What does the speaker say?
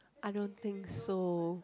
I don't think so